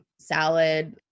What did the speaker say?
salad